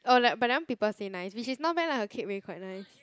oh like but then people say nice which is not bad lah her cake really quite nice